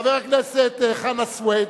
חבר הכנסת חנא סוייד,